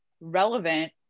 relevant